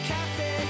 Cafe